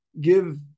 give